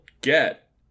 get